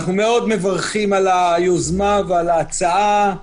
אנחנו מאוד מברכים על היוזמה ועל ההצעה.